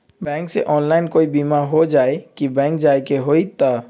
Bank से online कोई बिमा हो जाई कि बैंक जाए के होई त?